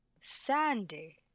Sandy